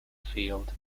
field